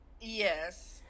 Yes